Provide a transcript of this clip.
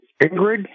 Ingrid